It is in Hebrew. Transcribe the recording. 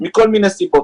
מכל מיני סיבות.